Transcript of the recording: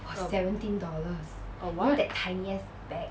a a what